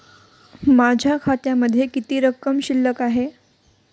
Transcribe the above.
माझ्या खात्यामध्ये किती रक्कम शिल्लक आहे?